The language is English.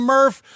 Murph